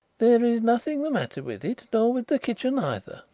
there is nothing the matter with it, nor with the kitchen either.